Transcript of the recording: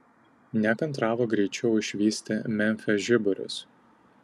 nekantravo greičiau išvysti memfio žiburius